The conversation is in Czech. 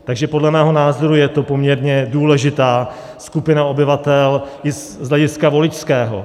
Takže podle mého názoru je to poměrně důležitá skupina obyvatel i z hlediska voličského.